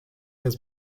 has